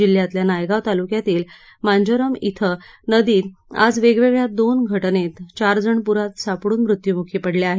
जिल्ह्यातल्या नायगाव तालुक्यातील मांजरम इथं नदीत आज वेगवेगळ्या दोन घटनेत चार जण पुरात सापडून मृत्यूमुखी पडले आहेत